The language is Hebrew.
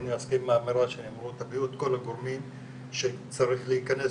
ואני מסכים עם האמירה: תביאו את כל הגורמים שצריכים להיכנס,